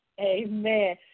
Amen